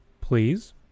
please